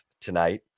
tonight